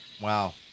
Wow